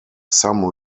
some